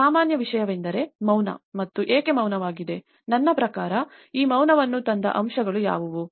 ಸಾಮಾನ್ಯ ವಿಷಯವೆಂದರೆ ಮೌನ ಮತ್ತು ಏಕೆ ಮೌನವಾಗಿದೆ ನನ್ನ ಪ್ರಕಾರ ಈ ಮೌನವನ್ನು ತಂದ ಅಂಶಗಳು ಯಾವುವು